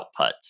outputs